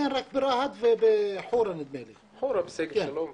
זו בושה למדינת ישראל שיש כאלה פערים.